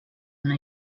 una